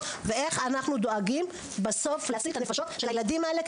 ואיך אנחנו דואגים בסוף להציל את הנפשות של הילדים האלה,